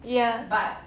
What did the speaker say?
ya